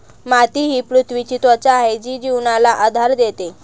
माती ही पृथ्वीची त्वचा आहे जी जीवनाला आधार देते